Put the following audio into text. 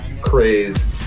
craze